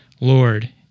Lord